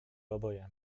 oboje